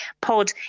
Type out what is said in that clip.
pod